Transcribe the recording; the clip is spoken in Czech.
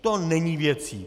To není věcí.